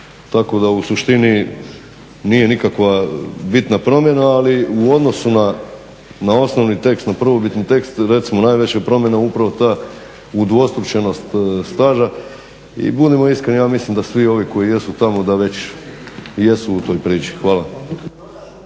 tako da u suštini nije nikakva bitna promjena. Ali u odnosu na osnovni tekst, na prvobitni tekst recimo najveća je promjena upravo ta udvostručenost staža. I budimo iskreni ja mislim da svi ovi koji jesu tamo da već i jesu u toj priči. Hvala.